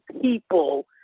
people